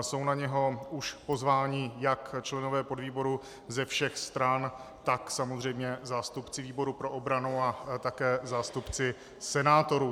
Jsou na něj už pozváni jak členové podvýboru ze všech stran, tak samozřejmě zástupci výboru pro obranu a také zástupci senátorů.